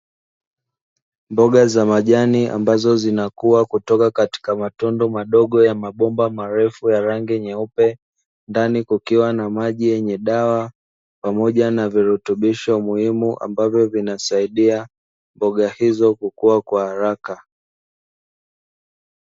Mboga za majani ambazo zinakua kutoka katika matundu madogo ya mabomba marefu ya rangi nyeupe ndani kukiwa na maji yenye dawa pamoja na virutubisho muhimu, ambavyo vinasaidia mboga hizo kukua kwa haraka.